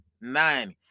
nine